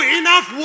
enough